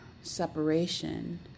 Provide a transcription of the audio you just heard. separation